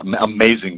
amazing